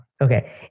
Okay